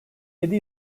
yedi